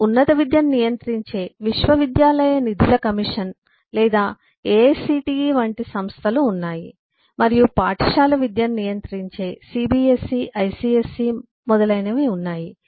అప్పుడు ఉన్నత విద్యను నియంత్రించే విశ్వవిద్యాలయ నిధుల కమిషన్ లేదా AICTE వంటి సంస్థలు ఉన్నాయి మరియు పాఠశాల విద్యను నియంత్రించే CBSE ICSE మరియు మొదలైనవి ఉన్నాయి